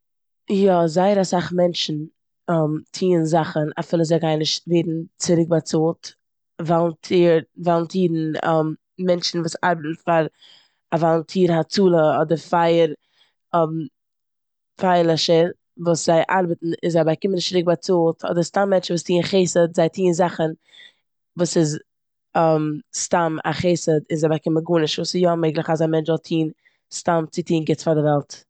יא, זייער אסאך מענטשן טוען זאכן אפילו זיי גייען נישט ווערן צוריקבאצאלט. וואלונטירן, מענטשן וואס ארבעטן פאר א וואלונטיר הצלה, אדער פייער- פייערלעשער, וואס זיי ארבעטן און זיי באקומען נישט צוריק באצאלט, אדער סתם מענטשן וואס טוען חסד. זיי טוען זאכן וואס איז סתם א חסד און זיי באקומען גארנישט סאו ס'איז יא מעגליך אז א מענטש זאל טון סתם צו טון גוט פאר די וועלט.